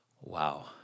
Wow